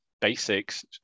basics